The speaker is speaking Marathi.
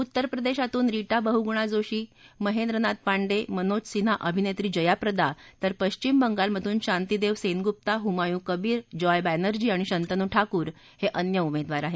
उत्तरप्रदेशातून रीटा बहुगुणा जोशी महेंद्रनाथ पांडे मनोज सिन्हा अभिनेत्री जयाप्रदा तर पश्विम बंगालमधून शांती देव सेनगुप्ता हुमायु कबीर जॉय बॅनर्जी आणि शंतनू ठाकूर हे अन्य उमेदवार आहेत